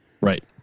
right